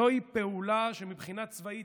זוהי פעולה שמבחינה צבאית,